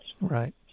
Right